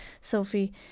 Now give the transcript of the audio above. sophie